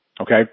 Okay